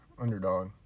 Underdog